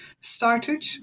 started